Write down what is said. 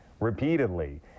repeatedly